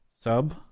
sub